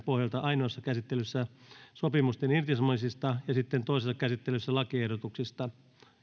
pohjalta ainoassa käsittelyssä sopimusten irtisanomisista ja sitten toisessa käsittelyssä lakiehdotuksista